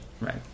Right